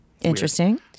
interesting